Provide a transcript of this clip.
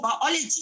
biology